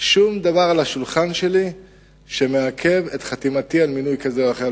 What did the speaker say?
שום דבר על השולחן שלי שמעכב את חתימתי על מינוי כזה או אחר.